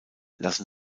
lassen